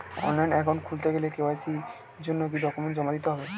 Online account খুলতে গেলে KYC জন্য কি কি ডকুমেন্ট জমা দিতে হবে?